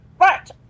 Right